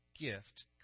gift